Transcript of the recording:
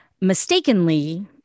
mistakenly